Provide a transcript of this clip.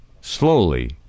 slowly